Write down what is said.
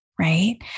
right